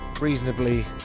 reasonably